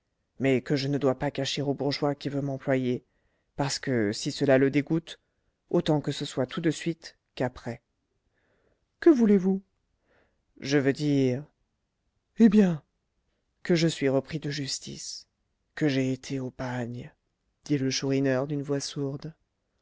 mais que je ne dois pas cacher au bourgeois qui veut m'employer parce que si cela le dégoûte autant que ce soit tout de suite qu'après que voulez-vous je veux dire eh bien que je suis repris de justice que j'ai été au bagne dit le chourineur d'une voix sourde